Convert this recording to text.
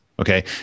Okay